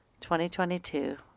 2022